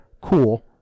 Cool